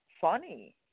funny